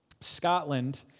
Scotland